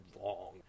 long